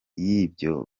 y’ibyo